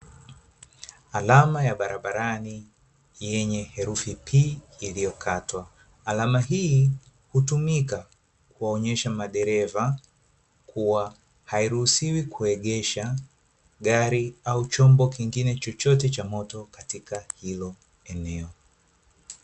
Alama ya barabarani yenye herufi 'P' iliyokatwa, alama hii hutumika kuwaonyesha madereva kuwa hairuhusiwi kuegesha gari au chombo chochote cha moto katika hilo eneo.